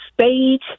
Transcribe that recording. stage